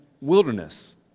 wilderness